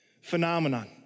Phenomenon